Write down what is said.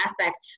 aspects